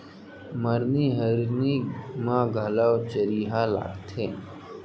मरनी हरनी म घलौ चरिहा लागथे